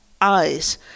eyes